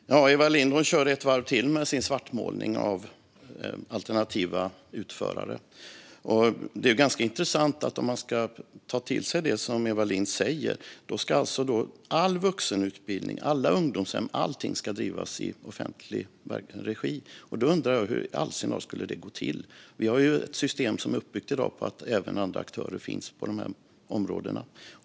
Fru talman! Eva Lindh kör ett varv till med sin svartmålning av alternativa utförare. Det är ganska intressant: Om man ska ta till sig det som Eva Lindh säger ska alltså all vuxenutbildning, alla ungdomshem, allting drivas i offentlig regi. Då undrar jag hur i all sin dar det skulle gå till. Vi har ju ett system i dag som är uppbyggt på att även andra aktörer finns på dessa områden.